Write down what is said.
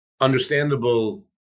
understandable